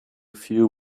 few